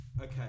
okay